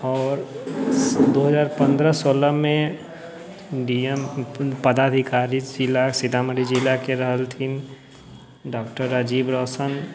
आओर दू हजार पन्द्रह सोलहमे डी एम पदाधिकारी सितामढ़ी जिलाके रहलथिन डॉ राजीव रौशन जीव रौशन